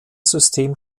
system